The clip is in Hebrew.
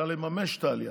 אלא לממש את העלייה,